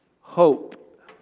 hope